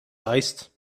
heist